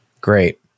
Great